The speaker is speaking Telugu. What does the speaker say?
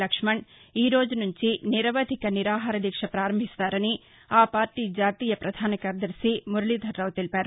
లక్ష్మణ్ ఈ రోజు నుంచి నిరవధిక నిరాహార దీక్ష పారంభిస్తారని ఆ పార్టీ జాతీయ పధాన కార్యదర్శి మురశీధర్రావు తెలిపారు